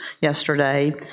yesterday